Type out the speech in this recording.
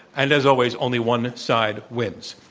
and as always, only one side wins.